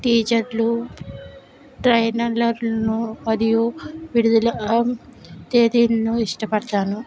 టీజర్లు ట్రైనర్లర్లను మరియు విడుదల తేదీలను ఇష్టపడతాను